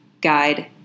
guide